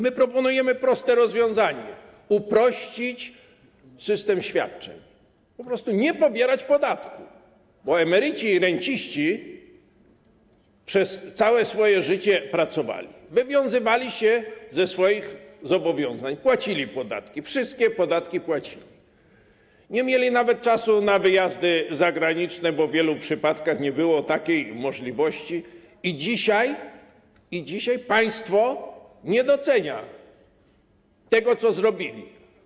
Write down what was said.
My proponujemy proste rozwiązanie: uprościć system świadczeń, po prostu nie pobierać podatku, bo emeryci i renciści przez całe swoje życie pracowali, wywiązywali się ze swoich zobowiązań, płacili podatki, wszystkie podatki płacili, nie mieli nawet czasu na wyjazdy zagraniczne, bo w wielu przypadkach nie było takiej możliwości, i dzisiaj państwo nie docenia tego, co zrobili.